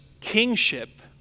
kingship